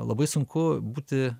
labai sunku būti